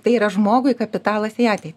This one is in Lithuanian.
tai yra žmogui kapitalas į ateitį